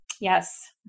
yes